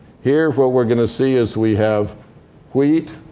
here, what we're going to see is we have wheat,